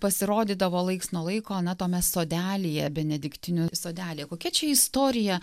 pasirodydavo laiks nuo laiko na tuome sodelyje benediktinių sodelyje kokia čia istorija